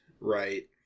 right